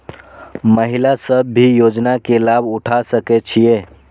महिला सब भी योजना के लाभ उठा सके छिईय?